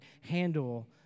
handle